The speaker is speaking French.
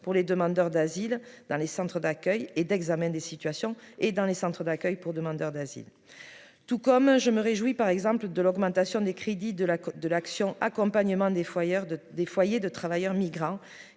pour les demandeurs d'asile dans les centres d'accueil et d'examen des situations et dans les centres d'accueil pour demandeurs d'asile, tout comme je me réjouis par exemple de l'augmentation des crédits de la côte de l'Action accompagnement des fois hier de des foyers de travailleurs migrants